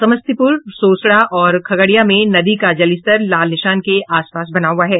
समस्तीपुर रोसड़ा और खगड़िया में नदी का जलस्तर लाल निशान के आस पास बना हुआ है